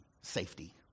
safety